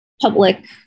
public